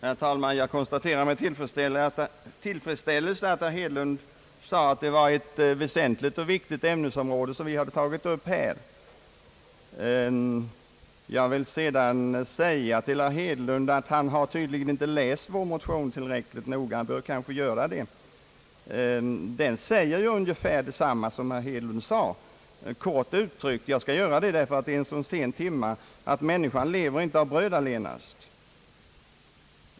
Herr talman! Jag konstaterar med tillfredsställelse att herr Hedlund sade att det var ett väsentligt och viktigt ämnesområde som vi hade tagit upp här. Jag vill sedan säga till herr Hedlund att han tydligen inte har läst vår motion tillräckligt noga. Han bör kanske göra det. Den innehåller ungefär — jag skall uttrycka mig kortfattat eftersom det är en så sen timma — att människan inte lever av bröd allena.